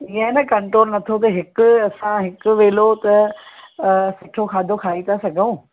इअं न कंट्रोल नथो थिए हिकु असां हिकु वेलो त सुठो खाधो खाई था सघूं